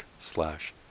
slash